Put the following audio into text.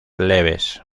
leves